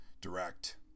direct